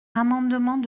amendement